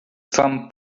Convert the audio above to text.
some